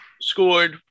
scored